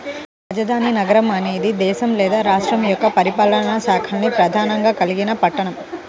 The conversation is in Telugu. రాజధాని నగరం అనేది దేశం లేదా రాష్ట్రం యొక్క పరిపాలనా శాఖల్ని ప్రధానంగా కలిగిన పట్టణం